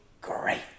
great